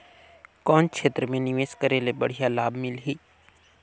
कौन क्षेत्र मे निवेश करे ले बढ़िया लाभ मिलही?